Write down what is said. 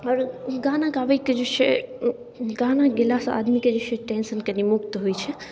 आओर गाना गाबैके जे छै गाना गेलासँ आदमीकेजे छै टेन्शन कनी मुक्त होइत छै